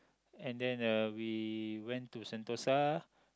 and then uh we went to Sentosa